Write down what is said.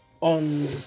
on